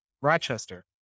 Rochester